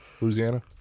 Louisiana